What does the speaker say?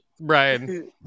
Brian